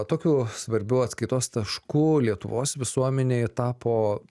tokiu svarbiu atskaitos tašku lietuvos visuomenei tapo